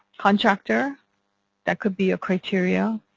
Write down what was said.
contractor that could be a criteria.